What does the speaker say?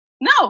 No